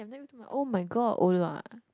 ma-you-ji [oh]-my-god Or Lua ah